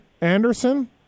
Anderson